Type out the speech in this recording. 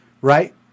Right